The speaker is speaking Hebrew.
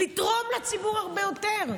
לתרום לציבור הרבה יותר.